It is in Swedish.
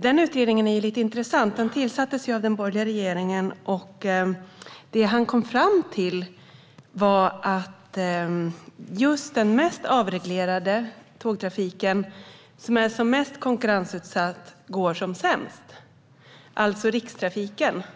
Den utredningen är lite intressant. Den tillsattes av den borgerliga regeringen, och det utredaren kom fram till var att just den mest avreglerade och mest konkurrensutsatta tågtrafiken, alltså rikstrafiken, går sämst.